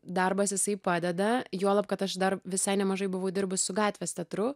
darbas jisai padeda juolab kad aš dar visai nemažai buvau dirbus su gatvės teatru